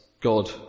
God